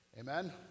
Amen